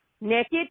naked